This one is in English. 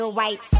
white